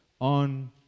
on